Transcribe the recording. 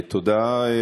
תודה.